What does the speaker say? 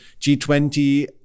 G20